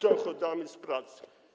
dochodami z pracy.